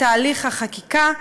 את תהליך החקיקה,